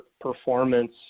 performance